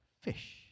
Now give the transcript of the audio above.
fish